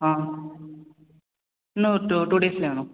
ஆ இன்னும் ஒரு two two டேஸில் வேணும்